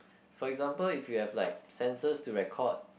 for example if you have like sensors to record